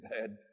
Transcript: bad